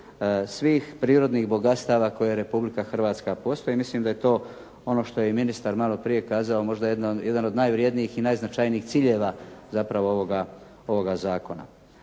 svih prirodnih bogatstava koje Republika Hrvatska posjeduje. Mislim da je to ono što i ministar maloprije kazao, možda jedan od najvrjednijih i najznačajnijih ciljeva zapravo ovoga zakona.